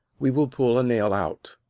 we will pull a nail out.